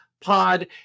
Pod